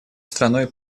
страной